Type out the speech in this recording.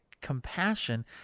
compassion